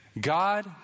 God